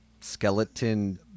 skeleton